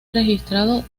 registrado